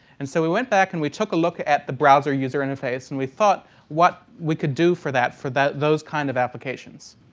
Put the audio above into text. and so we went back and we took a look at the browser user interface and we thought what we can do for that, for that those kind of applications.